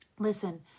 Listen